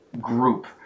group